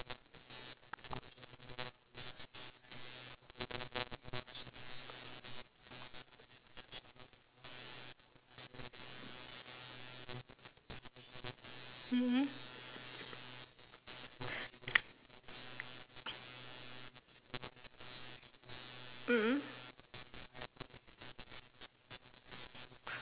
mm mm mm mm